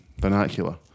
vernacular